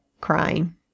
crying